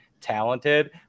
talented